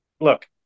look